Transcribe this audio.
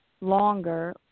longer